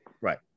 Right